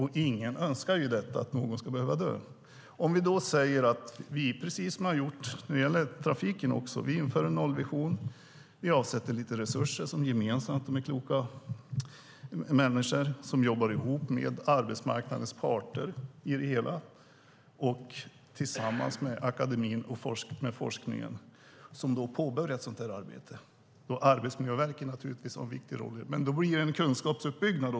Ingen önskar ju att någon ska behöva dö. Tänk om vi skulle införa en nollvision - precis som vi har gjort för trafiken - och avsätta lite resurser för att kloka människor tillsammans med arbetsmarknadens parter, akademin och forskningen ska kunna påbörja ett sådant förebyggande arbete. Det är viktigt. Då skulle det hela tiden bli en kunskapsuppbyggnad.